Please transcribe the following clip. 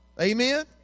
Amen